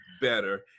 better